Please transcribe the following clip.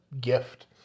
gift